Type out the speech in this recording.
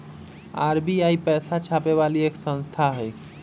RBI पैसा छापे वाली एक संस्था हई